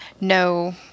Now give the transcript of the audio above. no